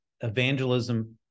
evangelism